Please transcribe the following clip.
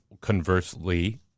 conversely